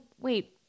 wait